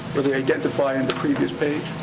were they identified on the previous page?